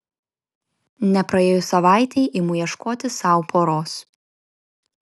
nepraėjus savaitei imu ieškoti sau poros